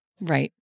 Right